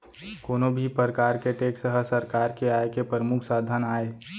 कोनो भी परकार के टेक्स ह सरकार के आय के परमुख साधन आय